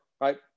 Right